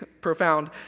profound